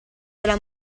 della